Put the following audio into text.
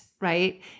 right